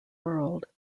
world